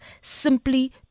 simply